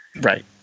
Right